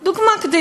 כדי,